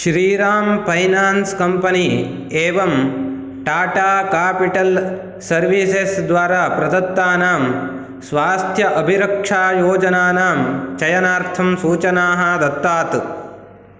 Shriram finance company एवं Tata capital services द्वारा प्रदत्तानां स्वास्थ्य अभिरक्षायोजनानां चयनार्थं सूचनाः दत्तात्